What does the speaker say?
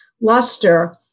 luster